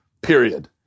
Period